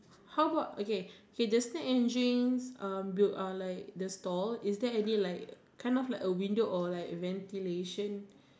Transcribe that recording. how about okay okay the snack and drinks um built uh like the stall is there any like kind of like a window or like ventilation